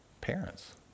parents